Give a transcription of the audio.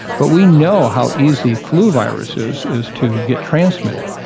but we know how easy flu virus is is to get transmitted.